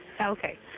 Okay